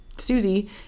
Susie